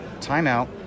Timeout